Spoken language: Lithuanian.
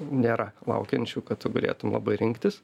nėra laukiančių kad tu galėtum labai rinktis